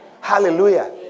Hallelujah